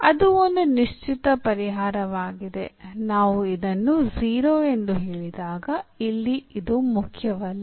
ಅದು ಒಂದು ನಿಶ್ಚಿತ ಪರಿಹಾರವಾಗಿದೆ ನಾವು ಇದನ್ನು 0 ಎಂದು ಹೇಳಿದಾಗ ಇಲ್ಲಿ ಇದು ಮುಖ್ಯವಲ್ಲ